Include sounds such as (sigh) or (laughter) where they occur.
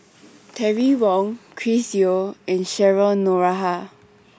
(noise) Terry Wong Chris Yeo and Cheryl Noronha